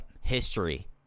history